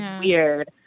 weird